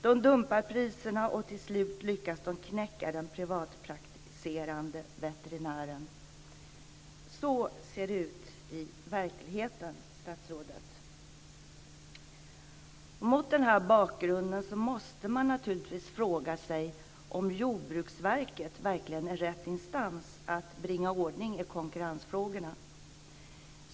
De dumpar priserna, och till slut lyckas de knäcka den privatpraktiserande veterinären. Så ser det ut i verkligheten, statsrådet. Mot den här bakgrunden måste man naturligtvis fråga sig om Jordbruksverket verkligen är rätt instans att bringa ordning i konkurrensfrågorna.